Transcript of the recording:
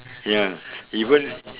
ya even